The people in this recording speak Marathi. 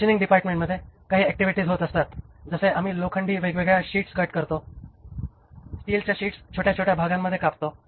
मशीनिंग डिपार्टमेंटमध्ये काही ऍक्टिव्हिटीज होत असतात जसे आम्ही लोखंडी वेगवेगळ्या शीट्स कट करतो स्टीलच्या शीट्स छोट्या छोट्या भागांमध्ये कापतो